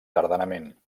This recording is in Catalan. tardanament